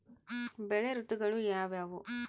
ಬೆಳೆ ಋತುಗಳು ಯಾವ್ಯಾವು?